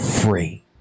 free